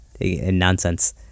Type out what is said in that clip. nonsense